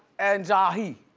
and jahi.